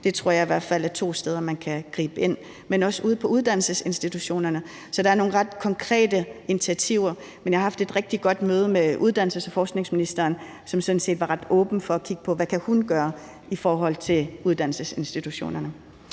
Det tror jeg i hvert fald er to steder, man kan gribe ind, men det er også ude på uddannelsesinstitutionerne. Så der er nogle ret konkrete initiativer. Men jeg har haft et rigtig godt møde med uddannelses- og forskningsministeren, som sådan set var ret åben for at kigge på, hvad hun kan gøre i forhold til uddannelsesinstitutionerne.